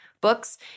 books